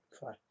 fine